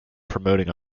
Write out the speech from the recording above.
promoting